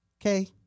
Okay